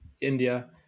India